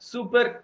Super